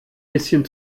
bisschen